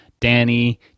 Danny